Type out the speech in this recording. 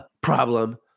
problem